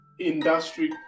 industry